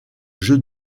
jeu